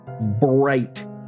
bright